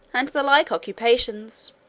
and the like occupations